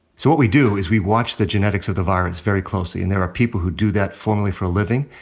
so what we do is we watch the genetics of the virus very closely. and there are people who do that formally for a living.